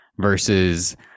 versus